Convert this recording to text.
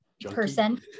person